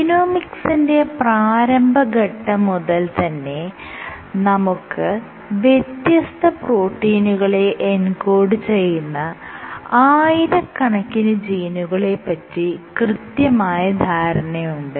ജീനോമിക്സിന്റെ പ്രാരംഭഘട്ടം മുതൽ തന്നെ നമുക്ക് വ്യത്യസ്ത പ്രോട്ടീനുകളെ എൻകോഡ് ചെയ്യുന്ന ആയിരക്കണക്കിന് ജീനുകളെ പറ്റി കൃത്യമായ ധാരണയുണ്ട്